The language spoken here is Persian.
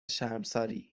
شرمساری